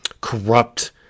corrupt